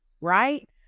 right